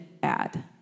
bad